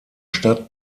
stadt